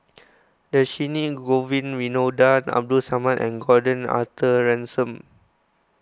Dhershini Govin Winodan Abdul Samad and Gordon Arthur Ransome